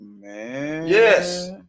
Yes